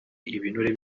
ibinure